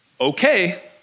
Okay